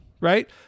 right